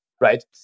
right